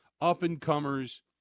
up-and-comers